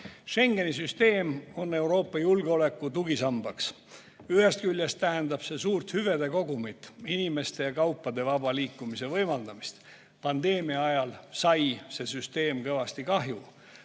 Schengeni süsteem on Euroopa julgeoleku tugisammas. Ühest küljest tähendab see suurt hüvede kogumit, inimeste ja kaupade vaba liikumise võimaldamist. Pandeemia ajal sai see süsteem kõvasti kahju.